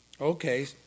Okay